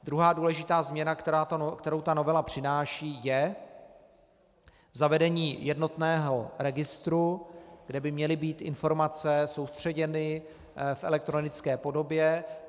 Druhá důležitá změna, kterou novela přináší, je zavedení jednotného registru, kde by měly být informace soustředěny v elektronické podobě.